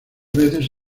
veces